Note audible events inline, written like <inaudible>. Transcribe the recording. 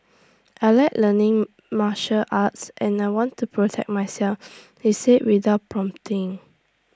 I Like learning martial arts and I want to protect myself <noise> he said without prompting